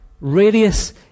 Radius